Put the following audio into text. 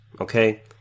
okay